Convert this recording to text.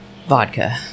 Vodka